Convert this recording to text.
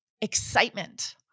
excitement